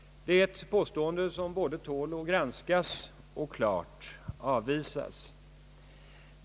Det är ett påstående som både bör granskas och klart avvisas.